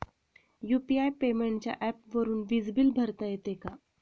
UPI पेमेंटच्या ऍपवरुन वीज बिल भरता येते का?